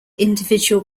individual